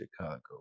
Chicago